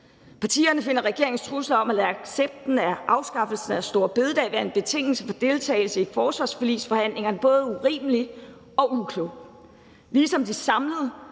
Partierne finder regeringens trusler om at lade accepten af afskaffelsen af store bededag være en betingelse for deltagelse i forsvarsforligsforhandlingerne både urimelig og uklog, ligesom de samlet